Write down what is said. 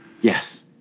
Yes